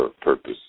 purpose